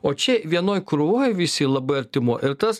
o čia vienoj krūvoj visi labai artimoj ir tas